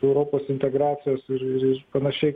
europos integracijos ir ir ir panašiai